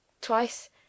twice